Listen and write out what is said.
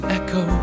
echo